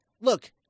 look